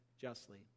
justly